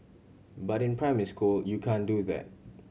but in primary school you can't do that